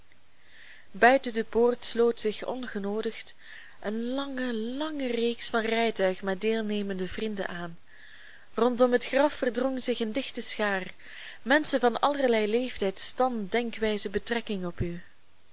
buiten de poort sloot zich ongenoodigd een lange lange reeks van rijtuigen met deelnemende vrienden aan rondom het graf verdrong zich een dichte schaar menschen van allerlei leeftijd stand denkwijze betrekking op u